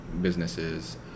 businesses